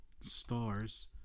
stars